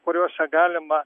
kuriuose galima